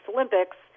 Olympics